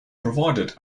provided